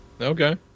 Okay